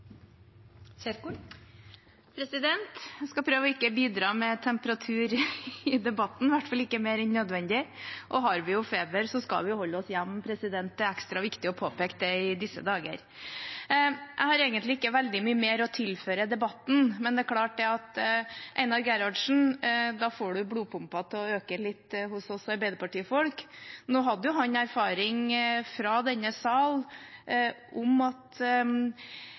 Jeg skal prøve ikke å bidra med temperatur i debatten, i hvert fall ikke mer enn nødvendig. Og har vi feber, skal vi jo holde oss hjemme. Det er ekstra viktig å påpeke det i disse dager. Jeg har egentlig ikke veldig mye mer å tilføre debatten, men det er klart at Einar Gerhardsen får blodpumpa til å øke tempoet litt hos oss Arbeiderparti-folk. Nå hadde han erfaring fra denne sal med at